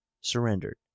surrendered